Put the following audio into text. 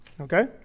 Okay